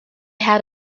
had